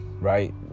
right